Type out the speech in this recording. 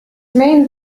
main